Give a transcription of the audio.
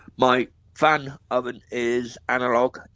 my fan oven is analogue,